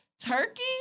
Turkey